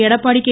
Edappadi K